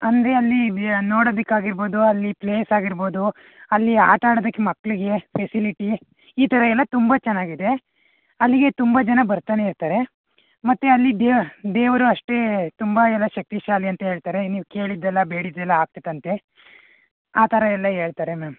ಅಂದರೆ ಅಲ್ಲಿ ನೋಡೋದಕ್ಕಾಗಿರ್ಬೋದು ಅಲ್ಲಿ ಪ್ಲೇಸ್ ಆಗಿರ್ಬೋದು ಅಲ್ಲಿ ಆಟ ಆಡದಕ್ಕೆ ಮಕ್ಕಳಿಗೆ ಫೆಸಿಲಿಟಿ ಈ ಥರ ಎಲ್ಲ ತುಂಬ ಚೆನ್ನಾಗಿದೆ ಅಲ್ಲಿಗೆ ತುಂಬ ಜನ ಬರ್ತನೇ ಇರ್ತಾರೆ ಮತ್ತು ಅಲ್ಲಿ ದೇ ದೇವರೂ ಅಷ್ಟೇ ತುಂಬ ಎಲ್ಲ ಶಕ್ತಿಶಾಲಿ ಅಂತ ಹೇಳ್ತಾರೆ ನೀವು ಕೇಳಿದ್ದೆಲ್ಲ ಬೇಡಿದ್ದೆಲ್ಲ ಆಗ್ತೈತಂತೆ ಆ ಥರ ಎಲ್ಲ ಹೇಳ್ತಾರೆ ಮ್ಯಾಮ್